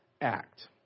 act